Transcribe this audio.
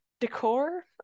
Decor